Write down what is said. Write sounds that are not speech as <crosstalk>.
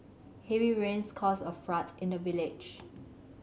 heavy rains caused a <unintelligible> in the village